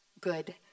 good